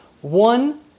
One